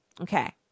Okay